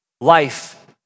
Life